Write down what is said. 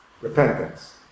Repentance